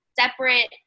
separate